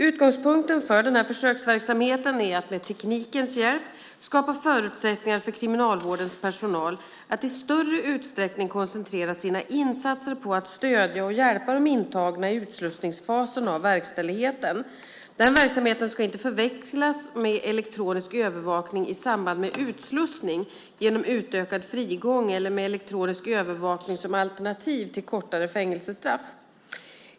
Utgångspunkten för försöksverksamheten är att med teknikens hjälp skapa förutsättningar för Kriminalvårdens personal att i större utsträckning koncentrera sina insatser på att stödja och hjälpa de intagna i utslussningsfasen av verkställigheten. Denna verksamhet ska inte förväxlas med elektronisk övervakning i samband med utslussning genom utökad frigång eller med elektronisk övervakning som alternativ till kortare fängelsestraff.